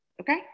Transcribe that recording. Okay